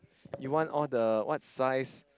you want all the what's size